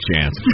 chance